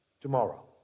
tomorrow